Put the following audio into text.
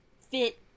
fit